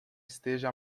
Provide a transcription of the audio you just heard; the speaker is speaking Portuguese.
esteja